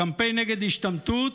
קמפיין נגד השתמטות